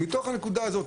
מתוך הנקודה הזאת,